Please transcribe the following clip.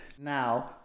Now